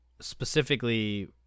specifically